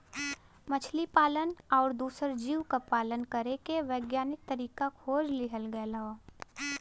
मछली पालन आउर दूसर जीव क पालन करे के वैज्ञानिक तरीका खोज लिहल गयल हौ